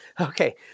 Okay